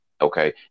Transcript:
Okay